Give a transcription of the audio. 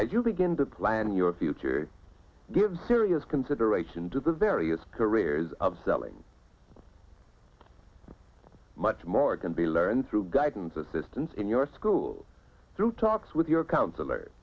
as you begin to plan your future give serious consideration to the various careers of selling much more can be learned through guidance assistance in your school through talks with your coun